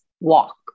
walk